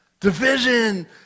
Division